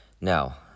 Now